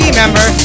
member